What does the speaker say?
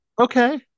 Okay